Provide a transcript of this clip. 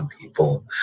people